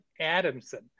Adamson